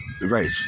Right